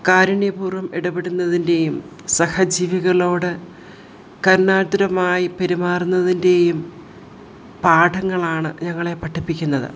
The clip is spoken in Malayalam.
കാരുണ്യ പൂർവ്വം ഇടപെടുന്നതിൻ്റേയും സഹജീവികളോട് കരുണാദ്രമായി പെരുമാറുന്നതിൻ്റേയും പാഠങ്ങളാണ് ഞങ്ങളെ പഠിപ്പിക്കുന്നത്